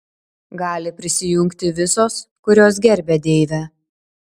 gali prisijungti visos kurios gerbia deivę